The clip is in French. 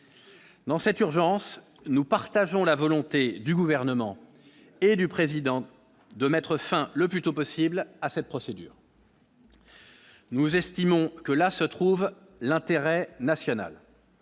dans cette urgence, nous partageons la volonté du gouvernement et du président de mettre fin le plus tôt possible à cette procédure. Nous estimons que là se trouve l'intérêt national,